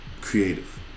creative